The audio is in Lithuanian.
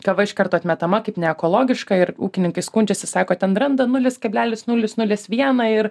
kava iš karto atmetama kaip neekologiška ir ūkininkai skundžiasi sako ten randa nulis kablelis nulis nulis vieną ir